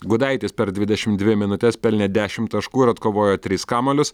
gudaitis per dvidešim dvi minutes pelnė dešim taškų ir atkovojo tris kamuolius